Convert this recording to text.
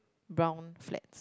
brown flats